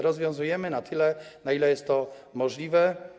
Rozwiązujemy je na tyle, na ile jest to możliwe.